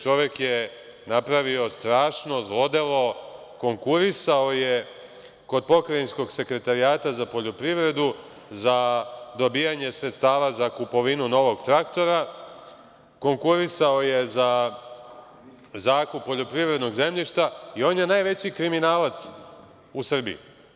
Čovek je napravio strašno zlodelo, konkurisao je kod Pokrajinskog sekretarijata za poljoprivredu za dobijanje sredstava za kupovinu novog traktora, konkurisao je za zakup poljoprivrednog zemljišta, i on je najveći kriminalac u Srbiji.